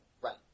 Right